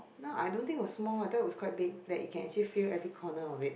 now I don't think was small I thought was quite big that can fit every corner of it